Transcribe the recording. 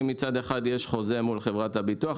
כי מצד אחד יש חוזה מול חברת הביטוח,